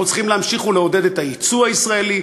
אנחנו צריכים להמשיך לעודד את היצוא הישראלי,